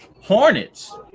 Hornets